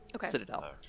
citadel